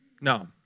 No